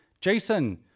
Jason